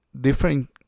different